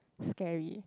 scary